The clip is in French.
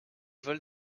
vol